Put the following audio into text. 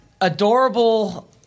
adorable